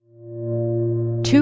Two